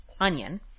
Onion